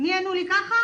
מי ענה לך כך?